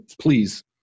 please